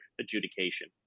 adjudication